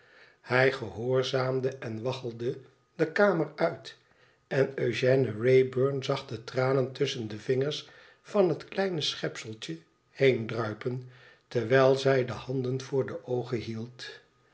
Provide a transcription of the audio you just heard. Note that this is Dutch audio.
hij gehoorzaamde en waggelde de kamer uit en eugène wraybum zag de tranen tusschen de vingers van het kleine schepseltje heendruipen terwijl zij de handen voor de oogen hield